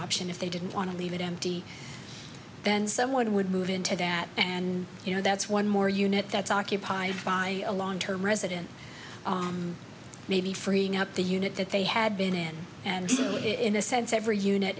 option if they didn't want to leave it empty then someone would move into that and you know that's one more unit that's occupied by a long term resident maybe freeing up the unit that they had been in and in a sense every unit